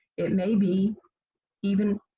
it may be even,